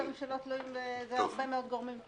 יש דברים שתלויים בהרבה מאוד גורמים.